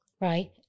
right